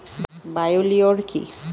Bio লিওর কি?